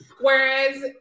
whereas